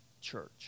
church